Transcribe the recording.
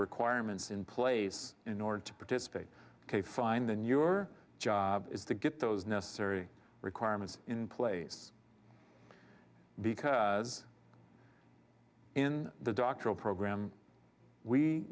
requirements in place in order to participate ok fine then your job is to get those necessary requirements in place because in the doctoral program we